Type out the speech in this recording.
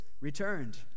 returned